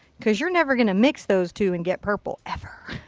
because you're never going to mix those two and get purple. ever.